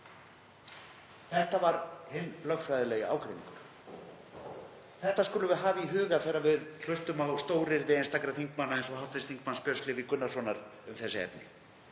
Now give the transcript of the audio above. Þetta var hinn lögfræðilegi ágreiningur. Það skulum við hafa í huga þegar við hlustum á stóryrði einstakra þingmanna eins og hv. þm. Björns Levís Gunnarssonar um þessi efni.